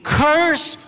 curse